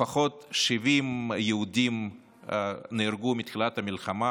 לפחות 70 יהודים נהרגו מתחילת המלחמה,